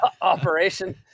operation